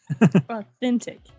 Authentic